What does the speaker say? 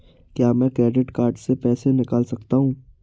क्या मैं credit card से पैसे निकाल सकता हूँ?